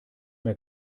mehr